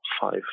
five